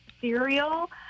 cereal